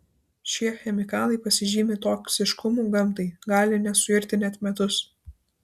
šie chemikalai pasižymi toksiškumu gamtai gali nesuirti net metus